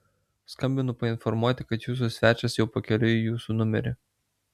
skambinu painformuoti kad jūsų svečias jau pakeliui į jūsų numerį